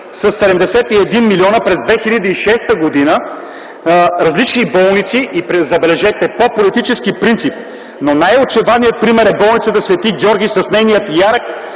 със 71 милиона през 2006 г., на различни болници, забележете по политически принцип. Но, най-очевадният пример е болницата „Свети Георги” с нейния ярък